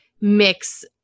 mix